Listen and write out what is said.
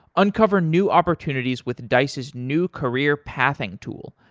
uncover new opportunities with dice's new career pathing tool,